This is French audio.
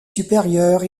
supérieur